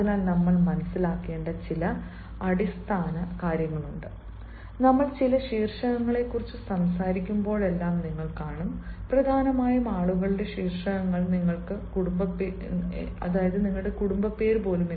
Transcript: അതിനാൽ നമ്മൾ മനസ്സിലാക്കേണ്ട ചില അടിസ്ഥാന കാര്യങ്ങളുണ്ട് നമ്മൾ ചില ശീർഷകങ്ങളെക്കുറിച്ച് സംസാരിക്കുമ്പോഴെല്ലാം നിങ്ങൾ കാണും പ്രധാനമായും ആളുകളുടെ ശീർഷകങ്ങൾ നിങ്ങളുടെ കുടുംബപ്പേര് പോലും